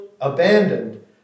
abandoned